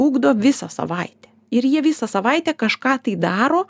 ugdo visą savaitę ir jie visą savaitę kažką tai daro